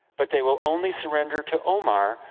but they will only surrender to omar,